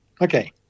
Okay